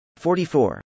44